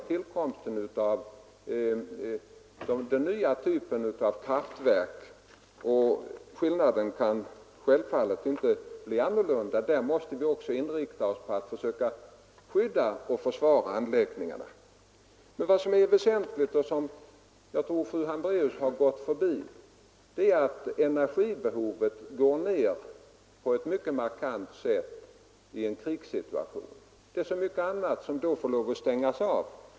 Skillnaden mellan dessa typer av kraftverk ändrar självfallet inte någonting; även när det gäller atomkraftverk måste vi inrikta oss på att skydda och försvara anläggningarna. Men något som är väsentligt och som jag tror att fru Hambraeus förbisett är att energibehovet går ned på ett mycket markant sätt i en krigssituation. Det är så mycket annat som då får lov att stängas av.